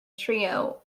trio